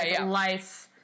life